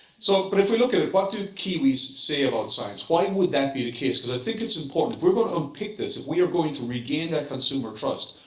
so but if we look at it, what do kiwis say about science? why would that be the case? because i think it's important if we're going to unpick this, if we are going to regain that consumer trust,